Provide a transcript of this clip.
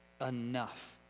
enough